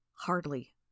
Hardly